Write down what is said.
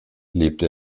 lebte